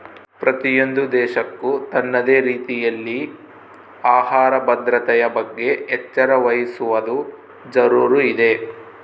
ಪ್ರತಿಯೊಂದು ದೇಶಕ್ಕೂ ತನ್ನದೇ ರೀತಿಯಲ್ಲಿ ಆಹಾರ ಭದ್ರತೆಯ ಬಗ್ಗೆ ಎಚ್ಚರ ವಹಿಸುವದು ಜರೂರು ಇದೆ